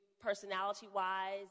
personality-wise